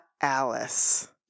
Alice